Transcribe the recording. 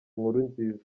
nkurunziza